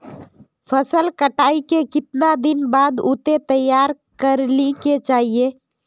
फसल कटाई के कीतना दिन बाद उसे तैयार कर ली के चाहिए?